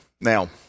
Now